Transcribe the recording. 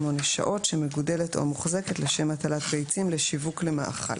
שעות שמגודלת או מוחזקת לשם הטלת ביצים לשיווק למאכל.